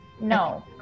No